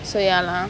so ya lah